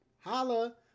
Holla